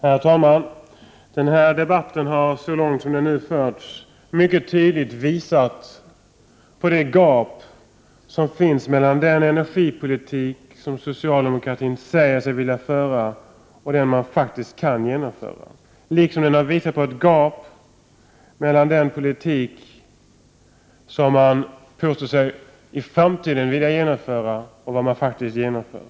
Herr talman! Den här debatten har hittills mycket tydligt visat på det gap som finns mellan den energipolitik som socialdemokraterna säger sig vilja föra och den politik som man faktiskt kan genomföra. Men debatten har också visat på det gap som finns mellan den politik som man påstår sig vilja genomföra i framtiden och den som man faktiskt genomför.